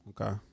Okay